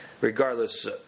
regardless